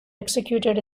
executed